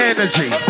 Energy